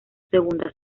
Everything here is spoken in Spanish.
segunda